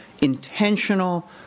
intentional